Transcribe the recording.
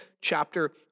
chapter